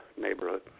neighborhood